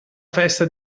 festa